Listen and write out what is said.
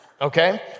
Okay